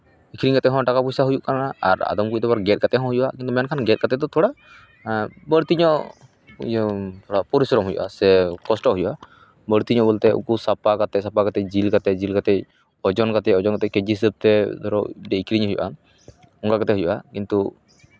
ᱤᱱᱠᱟᱹ ᱠᱟᱛᱮᱜ ᱦᱚᱸ ᱴᱟᱠᱟ ᱯᱚᱭᱥᱟ ᱦᱩᱭᱩᱜ ᱠᱟᱱᱟ ᱟᱨ ᱟᱫᱚᱢ ᱠᱚᱫᱚ ᱟᱵᱟᱨ ᱜᱮᱫ ᱠᱟᱛᱮᱜ ᱦᱚᱸ ᱦᱩᱭᱩᱜᱼᱟ ᱢᱮᱱᱠᱷᱟᱱ ᱜᱮᱫ ᱠᱟᱛᱮᱜ ᱫᱚ ᱛᱷᱚᱲᱟ ᱵᱟᱹᱲᱛᱤ ᱧᱚᱜ ᱤᱭᱟᱹ ᱯᱚᱨᱤᱥᱨᱚᱢ ᱦᱩᱭᱩᱜᱼᱟ ᱥᱮ ᱠᱚᱥᱴᱚᱜ ᱦᱩᱭᱩᱜᱼᱟ ᱵᱟᱹᱲᱛᱤ ᱧᱚᱜ ᱵᱚᱞᱛᱮ ᱩᱱᱠᱩ ᱥᱟᱯᱷᱟ ᱠᱟᱛᱮᱜ ᱡᱤᱞ ᱠᱟᱛᱮᱜ ᱡᱤᱞ ᱠᱟᱛᱮᱜ ᱳᱡᱚᱱ ᱠᱟᱛᱮᱜ ᱳᱡᱚᱱ ᱠᱟᱛᱮᱜ ᱠᱮᱡᱤ ᱦᱤᱥᱟᱹᱵᱽ ᱛᱮ ᱫᱷᱚᱨᱚ ᱟᱹᱠᱷᱨᱤᱧ ᱦᱩᱭᱩᱜᱼᱟ ᱚᱱᱠᱟ ᱠᱟᱛᱮᱜ ᱦᱩᱭᱩᱜᱼᱟ ᱠᱤᱱᱛᱩ